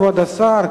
כבוד השר,